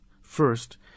First